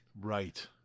Right